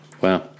Wow